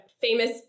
famous